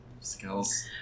skills